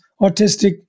autistic